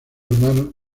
hermanos